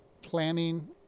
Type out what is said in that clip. planning